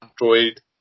Android